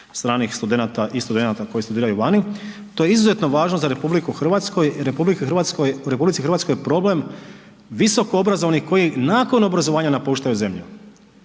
stranih studenata i studenata koji studiraju vani. To je izuzetno važno za RH. U RH je problem visokoobrazovanih koji nakon obrazovanja napuštaju zemlju.